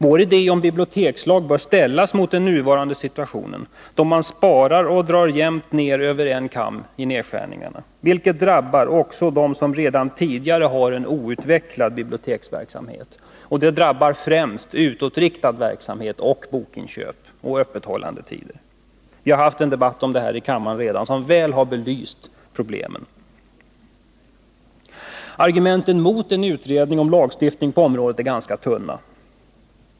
Vår idé om bibliotekslag bör ställas mot den nuvarande situationen, där man sparar och drar nedskärningarna jämnt över en kam, vilket drabbar också dem som redan tidigare har en outvecklad biblioteksverksamhet. Och det drabbar främst utåtriktad verksamhet, bokinköp och öppethållandetider. Vi har tidigare i år haft en debatt om detta i kammaren, som väl har belyst problemen. Argumenten mot en utredning om lagstiftning på området är ganska tunna.